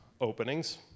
openings